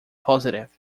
positive